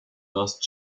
lost